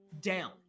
down